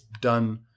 done